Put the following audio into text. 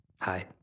Hi